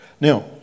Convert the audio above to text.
now